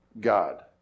God